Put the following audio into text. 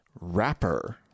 rapper